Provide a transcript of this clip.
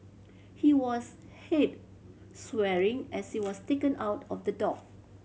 he was heard swearing as he was taken out of the dock